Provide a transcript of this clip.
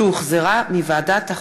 שהחזירה ועדת החוקה,